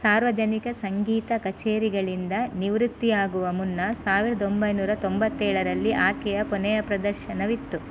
ಸಾರ್ವಜನಿಕ ಸಂಗೀತ ಕಛೇರಿಗಳಿಂದ ನಿವೃತ್ತಿಯಾಗುವ ಮುನ್ನ ಸಾವಿರ್ದ ಒಂಬೈನೂರ ತೊಂಬತ್ತೇಳರಲ್ಲಿ ಆಕೆಯ ಕೊನೆಯ ಪ್ರದರ್ಶನವಿತ್ತು